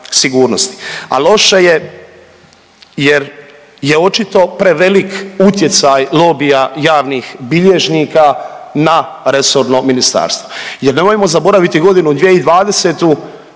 a loše je jer je očito prevelik utjecaj lobija javnih bilježnika na resorno ministarstvo jer nemojmo zaboraviti godinu 2020.,